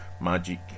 magic